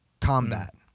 combat